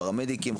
פרמדיקים,